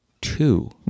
two